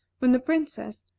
when the princess,